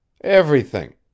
Everything